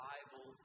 Bible